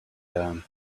down